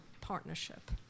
partnership